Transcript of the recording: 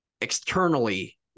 externally